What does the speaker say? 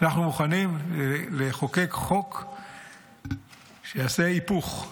ואנחנו מוכנים לחוקק חוק שיעשה היפוך: